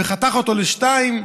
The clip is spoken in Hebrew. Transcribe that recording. וחתך אותו לשניים,